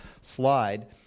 slide